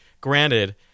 granted